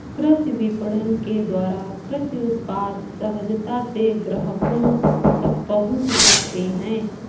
कृषि विपणन के द्वारा कृषि उत्पाद सहजता से ग्राहकों तक पहुंच जाते हैं